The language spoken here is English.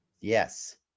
Yes